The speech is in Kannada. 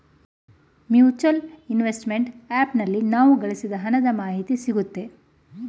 ಮ್ಯೂಚುಯಲ್ ಇನ್ವೆಸ್ಟ್ಮೆಂಟ್ ಆಪ್ ನಲ್ಲಿ ನಾವು ಗಳಿಸಿದ ಹಣದ ಮಾಹಿತಿ ಸಿಗುತ್ತೆ